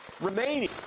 remaining